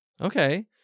Okay